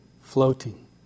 floating